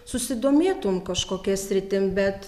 susidomėtum kažkokia sritim bet